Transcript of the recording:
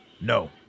No